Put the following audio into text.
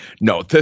no